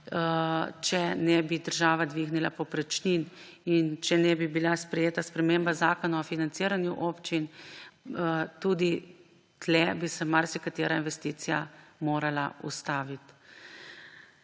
če ne bi država dvignila povprečnin in če ne bi bila sprejeta sprememba Zakona o financiranju občin, tudi tu marsikatera investicija morala ustaviti.